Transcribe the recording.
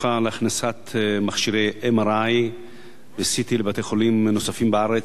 על הכנסת מכשירי MRI ו-CT לבתי-חולים נוספים בארץ,